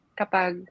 kapag